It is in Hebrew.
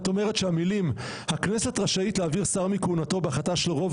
שהמילים 'הכנסת רשאית להעביר שר מכהונתו בהחלטה של רוב